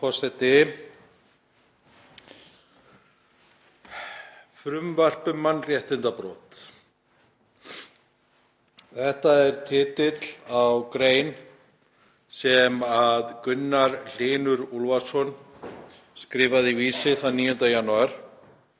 Þetta er titill á grein sem Gunnar Hlynur Úlfarsson skrifaði á Vísi þann 9. janúar